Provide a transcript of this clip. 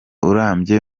urambye